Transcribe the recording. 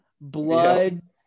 blood